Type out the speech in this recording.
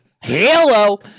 hello